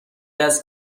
است